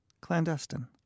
clandestine